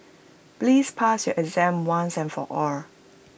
please pass your exam once and for all